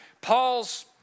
Paul's